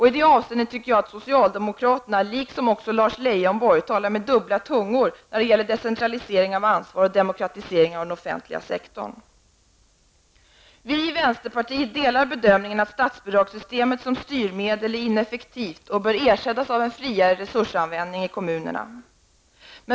I det avseendet tycker jag att socialdemokraterna, liksom också Lars Leijonborg, talar med dubbla tungor när det gäller decentralisering av ansvar och demokratisering av den offentliga sektorn. Vi i vänsterpartiet delar bedömningen att statsbidragssystemet som styrmedel är ineffektivt och bör ersättas av en friare resursanvändning i kommunerna.